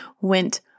went